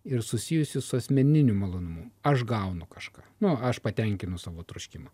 ir susijusi su asmeniniu malonumu aš gaunu kažką nu aš patenkinu savo troškimą